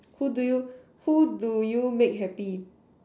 who do you who do you make happy